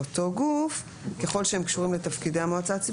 גוף ככל שהם קשורים לתפקידי המועצה הציבורית,